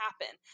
happen